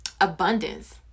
abundance